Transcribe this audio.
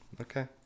okay